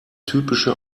typische